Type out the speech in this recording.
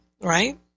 right